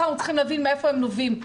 אנחנו צריכים להבין מאיפה הם נובעים.